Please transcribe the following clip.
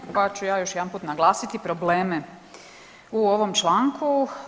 Pa ću ja još jedanput naglasiti probleme u ovom članku.